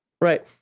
Right